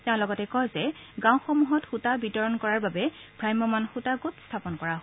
তেওঁ লগতে কয় যে গাঁওসমূহত সূতা বিতৰণ কৰাৰ বাবে ভ্ৰাম্যমান সূতা গোট স্থাপন কৰা হৈছে